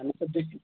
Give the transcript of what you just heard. అన్నీ సబ్జెక్ట్లు